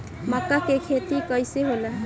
मका के खेती कइसे होला?